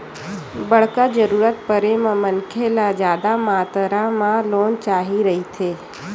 बड़का जरूरत परे म मनखे ल जादा मातरा म लोन चाही रहिथे